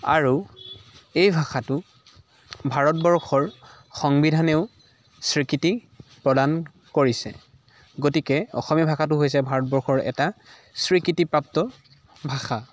আৰু এই ভাষাটো ভাৰতবৰ্ষৰ সংবিধানেও স্ৱীকৃতি প্ৰদান কৰিছে গতিকে অসমীয়া ভাষাটো হৈছে ভাৰতবৰ্ষৰ এটা স্ৱীকৃতিপ্ৰাপ্ত ভাষা